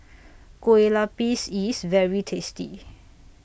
Kueh Lupis IS very tasty